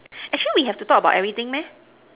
actually we have to talk about everything meh